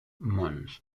mons